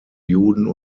juden